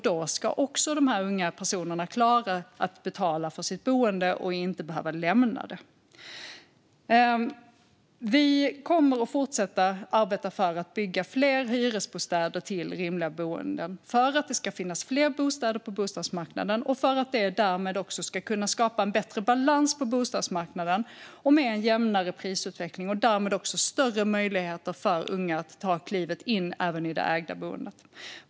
Då ska också de unga personerna klara att betala för sitt boende och inte behöva lämna det. Vi kommer att fortsätta att arbeta för att bygga fler hyresbostäder till rimliga hyror, så att det ska finnas fler bostäder på bostadsmarknaden och för att skapa en bättre balans på bostadsmarknaden med en jämnare prisutveckling och därmed större möjligheter för unga att ta klivet in även i det ägda boendet.